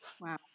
Wow